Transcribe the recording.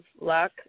luck